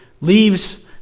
leaves